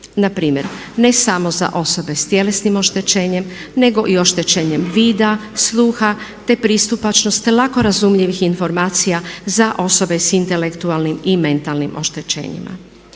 npr. ne samo za osobe s tjelesnim oštećenjem nego i oštećenjem vida, sluha te pristupačnost lako razumljivih informacija za osobe s intelektualnim i mentalnim oštećenjima.